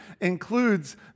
includes